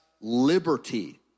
liberty